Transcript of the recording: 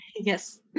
Yes